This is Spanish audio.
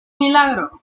milagro